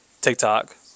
TikTok